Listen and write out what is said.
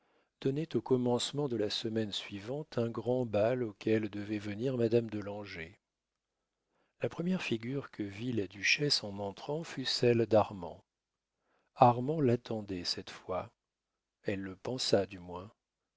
donnait au commencement de la semaine suivante un grand bal auquel devait venir madame de langeais la première figure que vit la duchesse en entrant fut celle d'armand armand l'attendait cette fois elle le pensa du moins